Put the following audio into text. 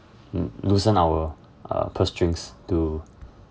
l~ loosen our uh purse strings to